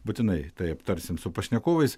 būtinai tai aptarsim su pašnekovais